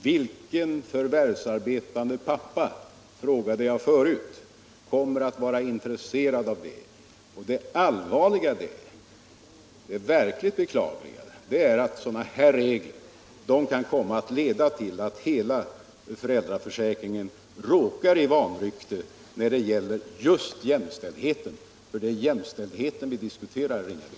Vilken förvärvsarbetande pappa, frågade jag förut, kommer under dessa omständigheter att vara intresserad av att ta ledigt? Det allvarliga, det verkligt beklagliga är att sådana här regler kan leda till att hela föräldraförsäkringen råkar i vanrykte när det gäller jämställdheten. För det är jämställdheten vi diskuterar, herr Ringaby.